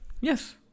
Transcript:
yes